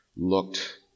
looked